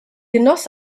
genoss